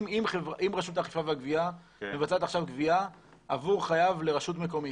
אם רשות האכיפה והגבייה מבצעת עכשיו גבייה עבור חייב לרשות מקומית,